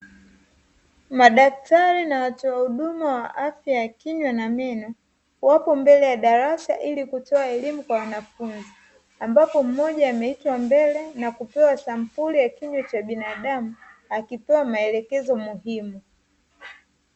Madaktari na watoa huduma wa afya ya kinywa na meno, wako mbele ya darasa ili kutoa elimu kwa wanafunzi. Ambapo mmoja ameitwa mbele na kupewa sampuli ya kinywa cha binadamu akipewa maelekezo muhimu.